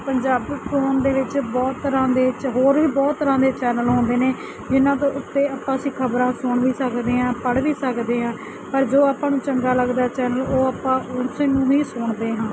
Punjab phone ਦੇ ਵਿੱਚ ਬਹੁਤ ਤਰ੍ਹਾਂ ਦੇ ਵਿੱਚ ਹੋਰ ਵੀ ਬਹੁਤ ਤਰ੍ਹਾਂ ਦੇ ਚੈਨਲ ਆਉਂਦੇ ਨੇ ਜਿਹਨਾਂ ਦੇ ਉੱਤੇ ਆਪਾਂ ਅਸੀਂ ਖ਼ਬਰਾਂ ਸੁਣ ਵੀ ਸਕਦੇ ਹਾਂ ਪੜ੍ਹ ਵੀ ਸਕਦੇ ਹਾਂ ਪਰ ਜੋ ਆਪਾਂ ਨੂੰ ਚੰਗਾ ਲੱਗਦਾ ਚੈਨਲ ਉਹ ਆਪਾਂ ਉਸ ਨੂੰ ਹੀ ਸੁਣਦੇ ਹਾਂ